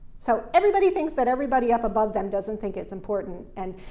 so everybody thinks that everybody up above them doesn't think it's important, and,